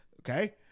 Okay